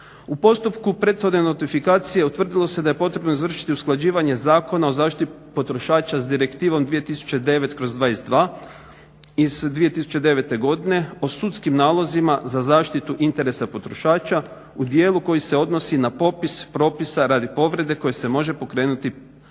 U postupku prethodne notifikacije utvrdilo se da je potrebno izvršiti usklađivanje Zakona o zaštiti potrošača s Direktivno 2009/22. iz 2009. godine o sudskim nalozima za zaštitu interesa potrošača u dijelu koji se odnosi na popis propisa radi povrede koje se može pokrenuti